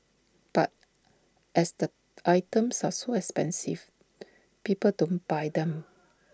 but as the items are so expensive people don't buy them